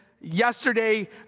Yesterday